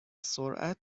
سرعت